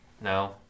No